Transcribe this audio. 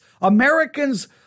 Americans